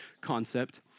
concept